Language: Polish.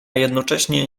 jednocześnie